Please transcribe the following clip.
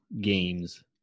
Games